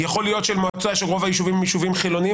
יכול להיות של מועצה שרוב היישובים הם יישובים חילוניים